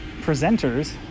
presenters